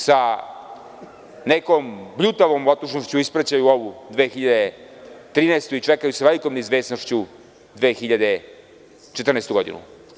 Sa nekom bljutavom otužnošću ispraćaju ovu 2013. i čekaju sa velikom neizvesnošću 2014. godinu.